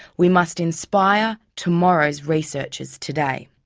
we must inspire tomorrow's researchers today.